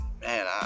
Man